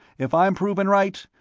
if i'm proven right,